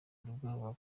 ubwoba